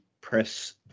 press